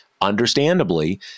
understandably